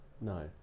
No